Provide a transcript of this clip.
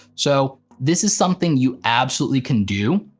so this is something you absolutely can do,